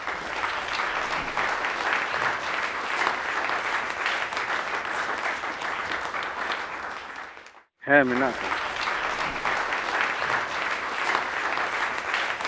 ᱦᱮᱸ ᱢᱮᱱᱟᱜ ᱠᱟᱫᱟ